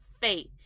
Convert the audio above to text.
faith